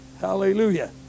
Hallelujah